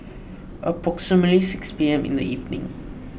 approximately six P M in the evening